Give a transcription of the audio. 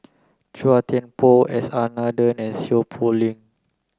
Chua Thian Poh S R Nathan and Seow Poh Leng